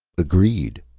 agreed,